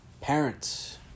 parents